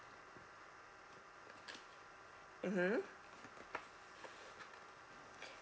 mmhmm